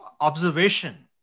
observation